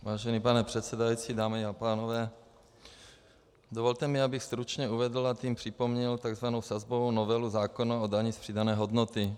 Vážený pane předsedající, dámy a pánové, dovolte mi, abych stručně uvedl, a tím připomněl tzv. sazbovou novelu zákona o dani z přidané hodnoty.